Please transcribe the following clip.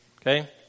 okay